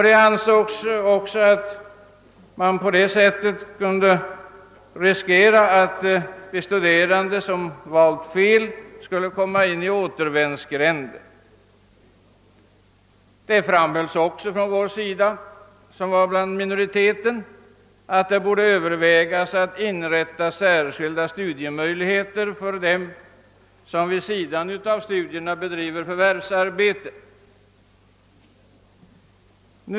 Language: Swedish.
Det ansågs också att man på det sättet kunde riskera att de studerande som valt fel skulle komma in i återvändsgränder. Vi som tillhörde minoriteten framhöll vidare att man borde överväga att inrätta särskilda studiemöjligheter för dem som vid sidan av studierna bedriver förvärvsarbete.